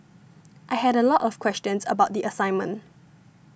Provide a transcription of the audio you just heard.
I had a lot of questions about the assignment